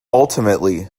ultimately